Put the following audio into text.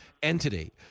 entity